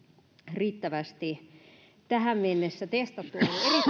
riittävästi tähän mennessä testattu on